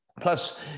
plus